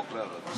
חוק לערבים.